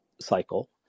cycle